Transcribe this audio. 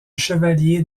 chevalier